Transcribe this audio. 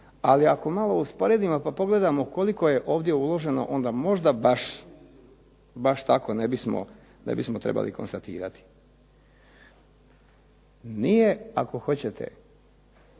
Ali ako malo usporedimo i pogledamo koliko je ovdje uloženo onda možda baš tako ne bismo trebali konstatirati. Nije ako hoćete,